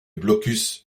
blocus